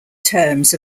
terms